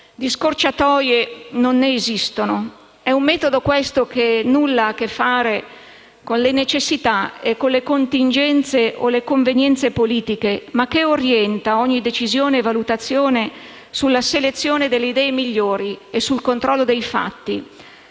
Di scorciatoie non ne esistono. È un metodo questo che nulla ha a che fare con le necessità e con le contingenze o convenienze politiche, ma che orienta ogni decisione e valutazione sulla selezione delle idee migliori e sul controllo dei fatti.